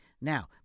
Now